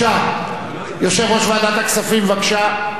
יושב-ראש ועדת הכספים, בבקשה.